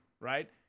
right